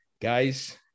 Guys